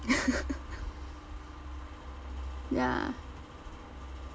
ya